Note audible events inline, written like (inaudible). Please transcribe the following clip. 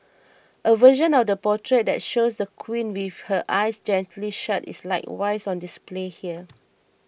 (noise) a version of the portrait that shows the Queen with her eyes gently shut is likewise on display here